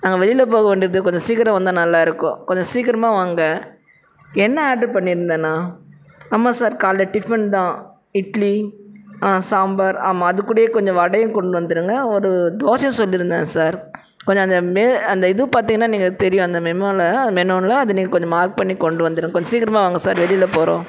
நாங்கள் வெளியில் போக வேண்டியது கொஞ்சம் சீக்கிரம் வந்தால் நல்லா இருக்கும் கொஞ்சம் சீக்கிரமாக வாங்க என்ன ஆர்டர் பண்ணியிருந்தேன்னா ஆமாம் சார் காலைல டிஃபன் தான் இட்லி ஆ சாம்பார் ஆமாம் அதுக்கூடயே கொஞ்சம் வடையும் கொண்டு வந்துடுங்க ஒரு தோசையும் சொல்லியிருந்தேன் சார் கொஞ்சம் அந்த அந்த இது பார்த்திங்கனா நீங்கள் தெரியும் அந்த மெமோவில் மெனுவில் அது நீங்கள் கொஞ்சம் மார்க் பண்ணி கொண்டு வந்துடுங்க கொஞ்சம் சீக்கிரமாக வாங்க சார் வெளியில் போகிறோம்